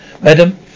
madam